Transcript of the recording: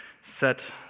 set